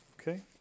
Okay